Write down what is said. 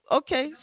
okay